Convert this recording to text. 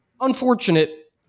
unfortunate